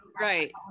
Right